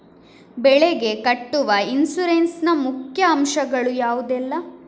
ಬೆಳೆಗೆ ಕಟ್ಟುವ ಇನ್ಸೂರೆನ್ಸ್ ನ ಮುಖ್ಯ ಅಂಶ ಗಳು ಯಾವುದೆಲ್ಲ?